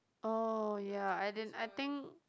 oh ya I didn't I think